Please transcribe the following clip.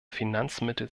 finanzmittel